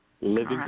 Living